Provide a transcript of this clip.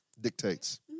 Dictates